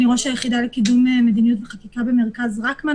ראש היחידה לקידום מדיניות וחקיקה במרכז "רקמן".